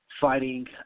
fighting